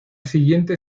siguiente